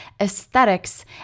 aesthetics